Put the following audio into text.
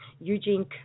Eugene